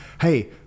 Hey